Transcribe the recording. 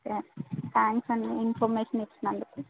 ట్యా thanks అండి information ఇచ్చినందుకు